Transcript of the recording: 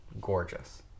gorgeous